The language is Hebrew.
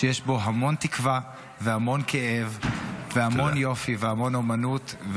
שיש בו המון תקווה והמון כאב והמון יופי והמון אומנות.